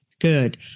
good